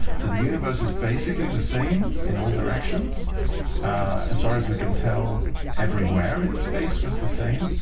so the universe is basically the same in all directions as far as we can tell everywhere in space was the same